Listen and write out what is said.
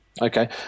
Okay